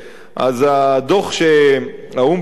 אז הדוח שהאו"ם פרסם היום,